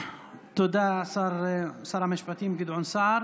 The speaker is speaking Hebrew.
תודה, שר המשפטים גדעון סער.